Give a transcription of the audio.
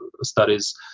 studies